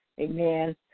Amen